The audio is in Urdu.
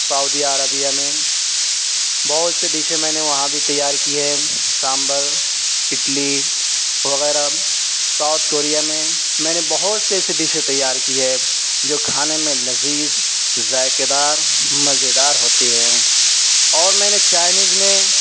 سعودیہ عربیہ میں بہت سے ڈشیں میں نے وہاں بھی تیار کی ہے سانبر اڈلی وغیرہ ساؤتھ کوریا میں میں نے بہت سے ایسے ڈشے تیار کی ہے جو کھانے میں لذیذ ذائقہ دار مزیدار ہوتی ہیں اور میں نے چائنیز میں